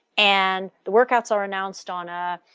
and the workouts are announced on a